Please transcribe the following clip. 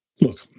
Look